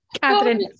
Catherine